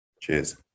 Cheers